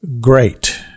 great